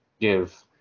give –